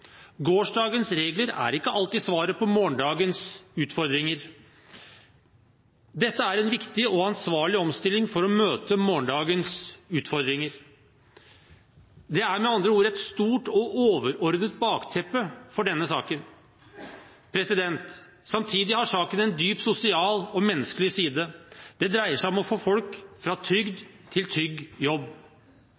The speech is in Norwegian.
Gårsdagens regler er ikke alltid svaret på morgendagens utfordringer. Dette er en viktig og ansvarlig omstilling for å møte morgendagens utfordringer. Det er med andre ord et stort og overordnet bakteppe for denne saken. Samtidig har saken en dyp sosial og menneskelig side. Det dreier seg om å få folk fra trygd til trygg jobb.